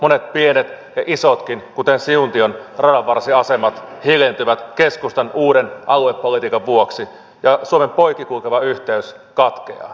monet pienet ja isotkin kuten siuntiossa radanvarsiasemat hiljentyvät keskustan uuden aluepolitiikan vuoksi ja suomen poikki kulkeva yhteys katkeaa